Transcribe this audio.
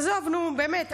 עזוב, נו, באמת.